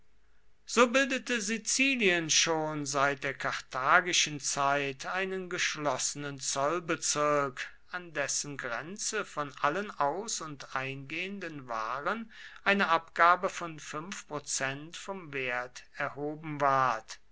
so bildete sizilien schon seit der karthagischen zeit einen geschlossenen zollbezirk an dessen grenze von allen aus und eingehenden waren eine abgabe von fünf prozent vom wert erhoben ward